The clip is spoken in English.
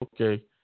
Okay